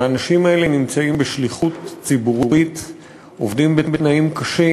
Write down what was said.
האנשים האלה נמצאים בשליחות ציבורית ועובדים בתנאים קשים.